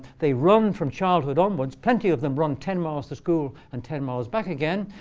they run from childhood onwards. plenty of them run ten miles to school and ten miles back again.